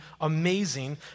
amazing